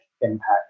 impact